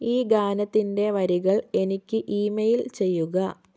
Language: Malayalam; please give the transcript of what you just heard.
ഈ ഗാനത്തിന്റെ വരികൾ എനിക്ക് ഇമെയിൽ ചെയ്യുക